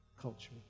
culture